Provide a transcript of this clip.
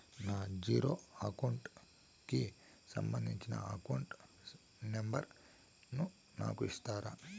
నా zero account కి సంబంధించి అకౌంట్ నెంబర్ ను నాకు ఇస్తారా